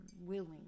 willing